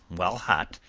while hot,